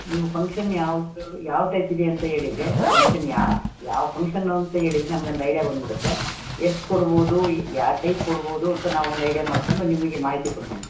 ನೀವು ಫಂಕ್ಷನ್ ಯಾವುದು ಯಾವ ಟೈಪ್ ಇದೆ ಅಂತ ಹೇಳಿದರೆ ಫಂಕ್ಷನ್ ಯಾವ ಯಾವ ಫಂಕ್ಷನ್ನು ಅಂತ ಹೇಳಿದರೆ ನಮಗೊಂದು ಐಡಿಯಾ ಬಂದು ಬಿಡುತ್ತೆ ಎಷ್ಟು ಕೊಡ್ಬೋದು ಯಾವ ಟೈಪ್ ಕೊಡ್ಬೋದು ಅಂತ ನಾವೊಂದು ಐಡಿಯಾ ಮಾಡ್ಕೊಂಡು ನಿಮಗೆ ಮಾಹಿತಿ ಕೊಡ್ತೀವಿ